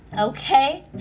okay